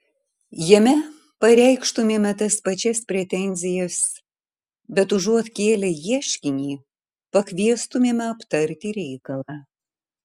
jame pareikštumėme tas pačias pretenzijas bet užuot kėlę ieškinį pakviestumėme aptarti reikalą